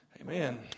Amen